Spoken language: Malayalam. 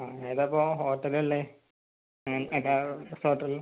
ആ ഏതാ ഇപ്പോൾ ഹോട്ടലുള്ളത് ആ ഏതാ റിസോർട്ടുള്ളത്